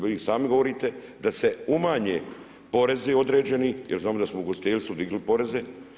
Vi i sami govorite da se umanje porezi određeni, jer znamo da smo u ugostiteljstvu digli poreze.